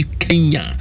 kenya